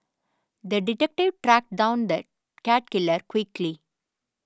the detective tracked down the cat killer quickly